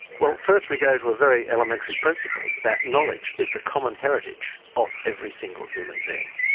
well first we go to a very elementary principle, that knowledge is the common heritage of every single human being.